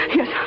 Yes